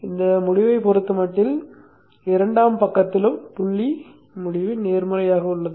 புள்ளி முடிவைப் பொறுத்தமட்டில் இரண்டாம் பக்கத்திலும் புள்ளி முடிவு நேர்மறையாக உள்ளது